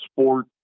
sport